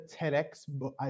TEDx